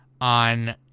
on